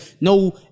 no